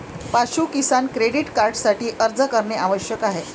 पाशु किसान क्रेडिट कार्डसाठी अर्ज करणे आवश्यक आहे